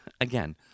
again